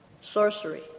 sorcery